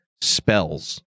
spells